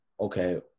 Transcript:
okay